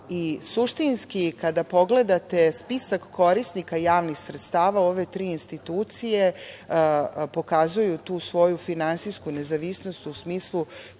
i suštinski kada pogledate spisak korisnika javnih sredstava ove tri institucije pokazuju tu svoju finansijsku nezavisnost u smislu